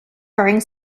growing